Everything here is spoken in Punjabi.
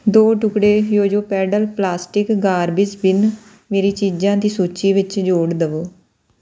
ਦੋ ਟੁਕੜੇ ਜੋਜੋ ਪੈਡਲ ਪਲਾਸਟਿਕ ਗਾਰਬੇਜ ਬਿਨ ਮੇਰੀ ਚੀਜ਼ਾਂ ਦੀ ਸੂਚੀ ਵਿੱਚ ਜੋੜ ਦੇਵੋ